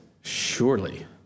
surely